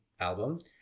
album